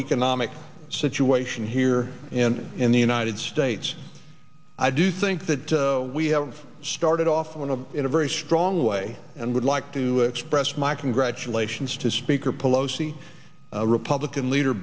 economic situation here and in the united states i do think that we have started off on a in a very strong way and would like to express my congratulations to speaker pelosi republican leader